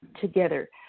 together